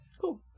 Cool